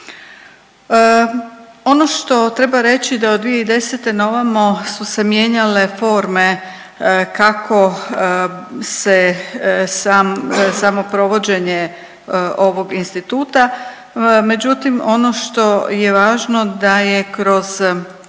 Ono što treba reći da od 2010. naovamo su se mijenjale forme kako se sam, samo provođenje ovog instituta, međutim ono što je važno da je kroz